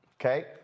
Okay